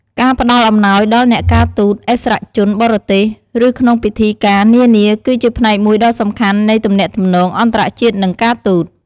ការផ្តល់អំណោយដល់អ្នកការទូត ឥស្សរជនបរទេស ឬក្នុងពិធីការនានា គឺជាផ្នែកមួយដ៏សំខាន់នៃទំនាក់ទំនងអន្តរជាតិ និងការទូត។